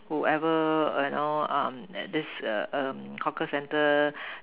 whoever you know um and this err um hawker centre